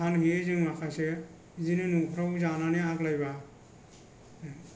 फानहैयो जों माखासे बिदिनो न'फ्राव जानानै आग्लायोबा